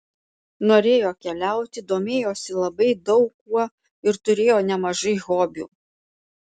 norėjo keliauti domėjosi labai daug kuo ir turėjo nemažai hobių